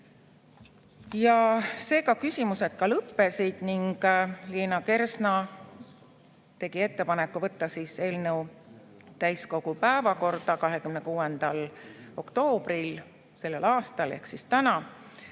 Siis küsimused lõppesid ning Liina Kersna tegi ettepaneku võtta eelnõu täiskogu päevakorda 26. oktoobriks sellel aastal ehk tänaseks.